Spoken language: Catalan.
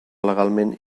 legalment